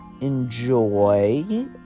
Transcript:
enjoy